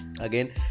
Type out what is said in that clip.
again